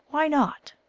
why not?